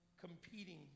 competing